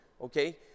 okay